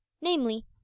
namely